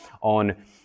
on